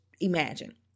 imagine